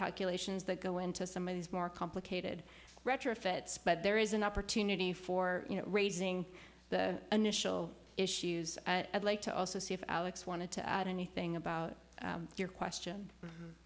calculations that go into some of these more complicated retrofits but there is an opportunity for you know raising the initial issues of like to also see if alex wanted to add anything about your question